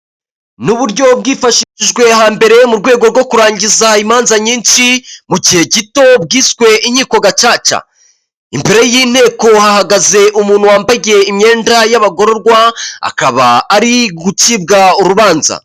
Ni uburyo bwifashijwe hambere mu rwego rwo kurangiza imanza nyinshi mu gihe gito bwiswe inkiko gacaca. Imbere y'inteko hahagaze umuntu wambaye imyenda y'abagororwa akaba ari gucibwa urubanza.